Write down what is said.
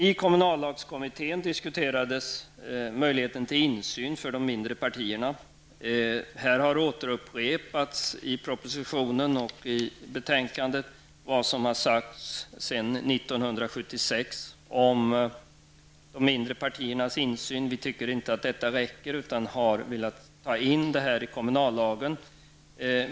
I kommunallagskommittén diskuterades möjligheten till insyn för de mindre partierna. I propositionen och i betänkandet har upprepats vad som sedan 1976 sagts om de mindre partiernas insyn. Vi tycker inte att detta räcker utan har velat ta in det i kommunallagen.